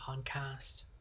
Podcast